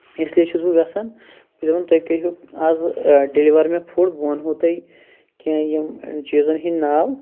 اِسلیے چھُس بہٕ ویٚژھان بہٕ چھُس دَپان تُہُۍ کٔرہِو اَز ڈیٚلِور مےٚ فُڈ بہٕ وَنہو تۄہہِ کینٛہہ یِم چیٖزَن ہِنٛدۍ ناو